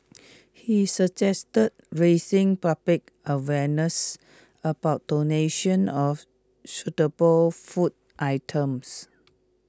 he suggested raising public awareness about donations of suitable food items